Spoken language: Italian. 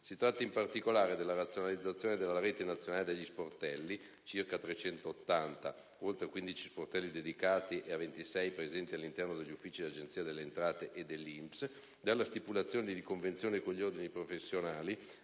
Si tratta, in particolare, della razionalizzazione della rete territoriale degli sportelli (circa 380, oltre a 15 sportelli dedicati e ai 26 presenti all'interno degli uffici dell'Agenzia delle entrate e dell'INPS), della stipulazione di convenzioni con ordini professionali,